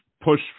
push